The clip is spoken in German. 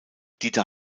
dieter